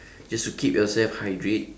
just to keep yourself hydrate